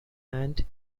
and